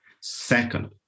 Second